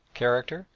character,